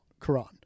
Quran